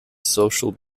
social